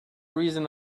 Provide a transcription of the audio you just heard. reason